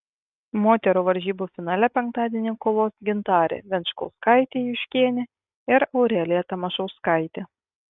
moterų varžybų finale penktadienį kovos gintarė venčkauskaitė juškienė ir aurelija tamašauskaitė